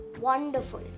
wonderful